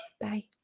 Bye